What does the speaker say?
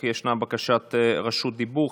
אך ישנה בקשת רשות דיבור.